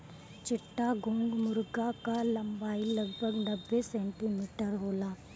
चिट्टागोंग मुर्गा कअ लंबाई लगभग नब्बे सेंटीमीटर होला